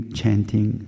chanting